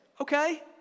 Okay